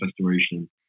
restoration